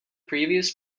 previous